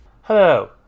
Hello